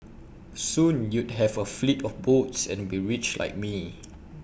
soon you'd have A fleet of boats and be rich like me